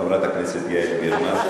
חברת הכנסת יעל גרמן,